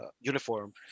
uniform